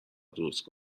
درست